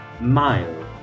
Mile